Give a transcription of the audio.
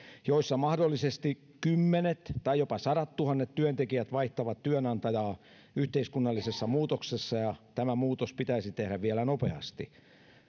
joissa mahdollisesti kymmenet tai jopa sadattuhannet työntekijät vaihtavat työnantajaa yhteiskunnallisessa muutoksessa ja tämä muutos pitäisi tehdä vielä nopeasti